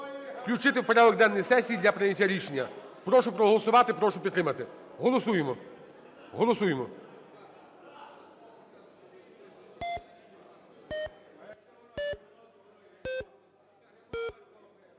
включити порядок денний сесії для прийняття рішення. Прошу проголосувати і прошу підтримати. Голосуємо. Голосуємо.